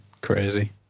crazy